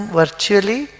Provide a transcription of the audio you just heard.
virtually